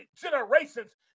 generations